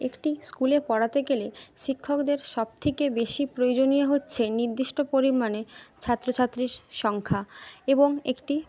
একটি স্কুলে পড়াতে গেলে শিক্ষকদের সব থেকে বেশি প্রয়োজনীয় হচ্ছে নির্দিষ্ট পরিমাণে ছাত্র ছাত্রীর সংখ্যা এবং একটি